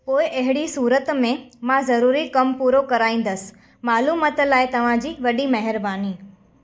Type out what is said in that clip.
पोए अहिड़ी सूरत में मां ज़रूरी कमु पूरो कराईंदुसि मालूमाति लाइ तव्हां जी वॾी महिरबानी